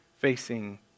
facing